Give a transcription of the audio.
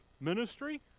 ministry